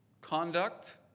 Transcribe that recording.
conduct